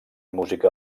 música